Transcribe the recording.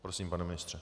Prosím, pane ministře.